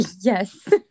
Yes